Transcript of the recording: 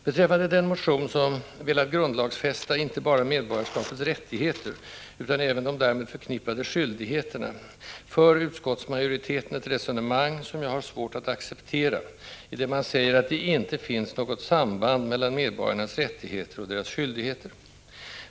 Beträffande den motion som velat grundlagsfästa inte bara medborgarskapets rättigheter utan även de därmed förknippade skyldigheterna för utskottsmajoriteten ett resonemang som jag har svårt att acceptera, i det man säger att det inte finns något samband mellan medborgarnas rättigheter och deras skyldigheter.